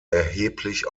erheblich